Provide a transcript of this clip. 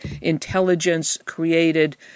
intelligence-created